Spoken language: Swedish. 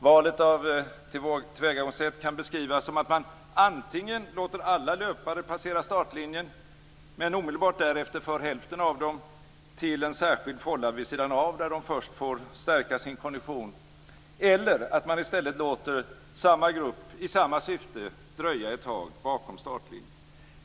Valet av tillvägagångssätt kan beskrivas som att man antingen låter alla löpare passera startlinjen men omedelbart därefter för hälften av dem till en särskild fålla vid sidan av, där de först får stärka sin kondition, eller att man i stället låter samma grupp i samma syfte dröja ett tag bakom startlinjen.